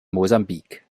mosambik